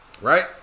Right